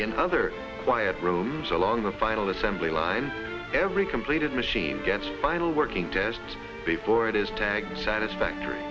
in other quiet rooms along the final assembly line every completed machine against final working tests before it is tagged satisfactory